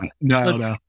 no